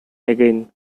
again